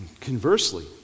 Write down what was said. Conversely